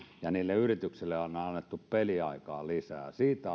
ja niille yrityksille olisi annettu peliaikaa lisää siitä